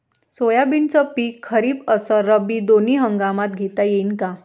सोयाबीनचं पिक खरीप अस रब्बी दोनी हंगामात घेता येईन का?